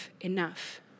enough